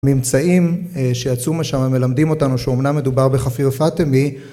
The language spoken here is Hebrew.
ממצאים שיצאו משם ומלמדים אותנו שאומנם מדובר בחפיר פאטמי